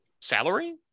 Salary